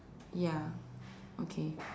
ya okay